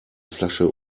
flasche